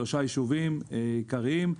בשלושה יישובים עיקריים.